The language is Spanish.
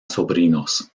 sobrinos